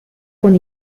con